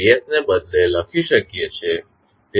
હવે આપણે ને બદલી શકીએ છીએ